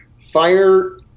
fire